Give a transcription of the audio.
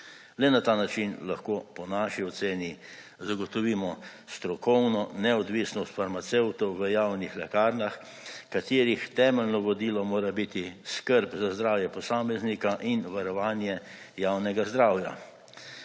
Le na ta način lahko po naši oceni zagotovimo strokovno neodvisnost farmacevtov v javnih lekarnah, katerih temeljno vodilo mora biti skrb za zdravje posameznika in varovanje javnega zdravja.